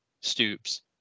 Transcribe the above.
Stoops